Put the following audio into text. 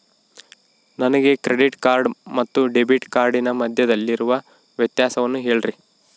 ನನಗೆ credit card ಮತ್ತು debit ಕಾರ್ಡಿನ ಮಧ್ಯದಲ್ಲಿರುವ ವ್ಯತ್ಯಾಸವನ್ನು ಹೇಳ್ರಿ?